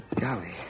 Golly